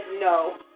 no